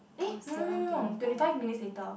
eh no no no no no twenty five minutes later